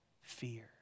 fear